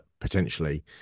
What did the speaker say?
potentially